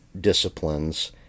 disciplines